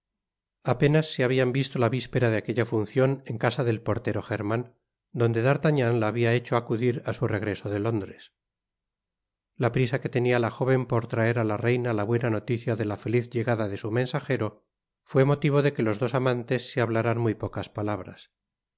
apenas se habian visto la vispera de aquetla funcion en casa del portero german donde d'artagnan la habia hecho acudir á su regreso de londres la prisa que tenia la jóven por raer á la reina la buena noticia de la feliz llegada de su mensajero fué motivo de que los dos amantes se habláran muy pocas palabras